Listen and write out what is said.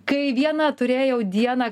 kai vieną turėjau dieną